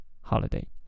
Holiday